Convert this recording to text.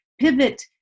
pivot